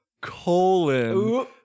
colon